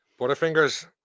Butterfingers